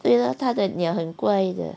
对啊他的鸟很乖的